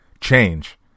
change